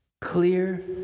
Clear